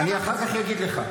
אני אחר כך אגיד לך.